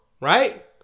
right